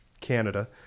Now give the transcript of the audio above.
Canada